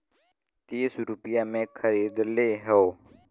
तीस रुपइया मे खरीदले हौ